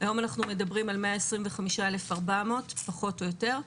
היום אנחנו מדברים על 125,400 פחות או יותר,